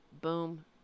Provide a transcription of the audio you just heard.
Boom